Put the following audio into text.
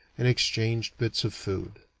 and exchanged bits of food.